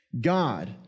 God